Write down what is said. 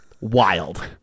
wild